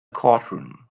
courtroom